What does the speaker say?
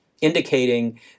indicating